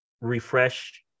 refresh